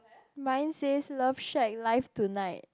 mine says love shack live tonight